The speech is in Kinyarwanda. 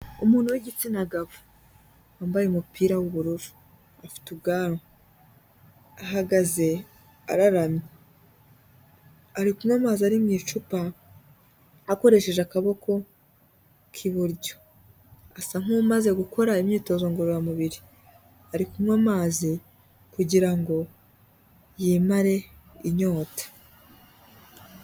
Umuntu w'igitsina gabo wambaye umupira w'ubururu, afite ubwanwa, ahagaze araramye ari kunywa amazi ari mu icupa akoresheje akaboko k'iburyo, asa nk'umaze gukora imyitozo ngororamubiri, ari kunywa amazi kugira ngo yimare inyota.